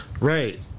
Right